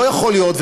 לא יכול להיות,